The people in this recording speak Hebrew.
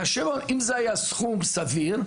כאשר אם זה היה סכום סביר,